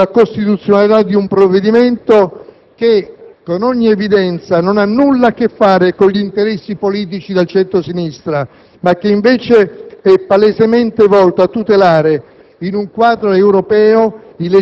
e infondata contestazione della costituzionalità di un provvedimento che, con ogni evidenza, non ha nulla a che fare con gli interessi politici del centro-sinistra, ma che invece è palesemente volta a tutelare